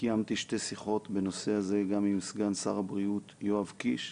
קיימתי שתי שיחות בנושא הזה גם עם סגן שר הבריאות יואב קיש.